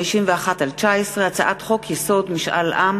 פ/1551/19 הצעת חוק החזקת תעודת זהות והצגתה (תיקון,